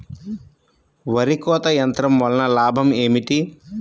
వరి కోత యంత్రం వలన లాభం ఏమిటి?